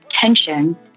tension